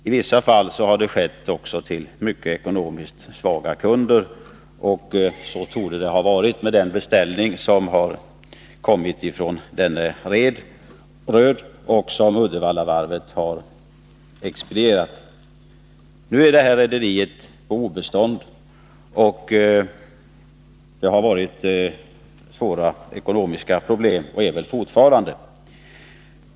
I vissa fall har det skett även till ekonomiskt mycket svaga kunder, och så torde det ha varit med den beställning som har kommit från denne J. P. Röed och som Uddevallavarvet har expedierat. Nu är detta rederi på obestånd, och man har haft och har väl fortfarande svåra ekonomiska problem.